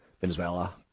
Venezuela